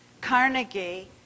Carnegie